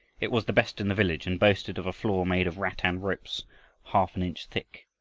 it was the best in the village, and boasted of a floor, made of rattan ropes half an inch thick.